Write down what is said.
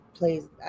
plays